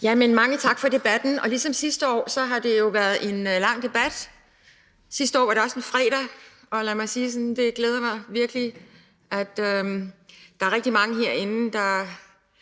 Mange tak for debatten. Ligesom sidste år har det jo været en lang debat, og sidste år var det også en fredag. Og lad mig sige, at det virkelig glæder mig, at der er rigtig mange herinde, der